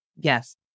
Yes